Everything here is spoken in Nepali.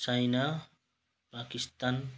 चाइना पाकिस्तान